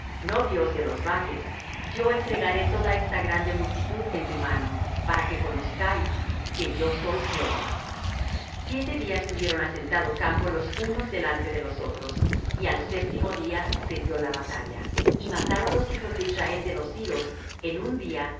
no dios de los valles yo entregaré toda esta grande multitud en tu mano para que conozcáis que yo soy jehová siete días tuvieron asentado campo los unos delante de los otros y al séptimo día se dió la batalla y mataron los hijos de israel de los siros en un día